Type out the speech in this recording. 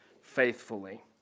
faithfully